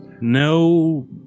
No